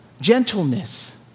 Gentleness